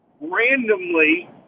randomly